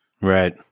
Right